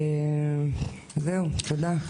זהו, תודה.